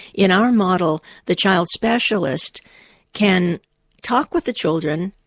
in our model, the child specialist can talk with the children,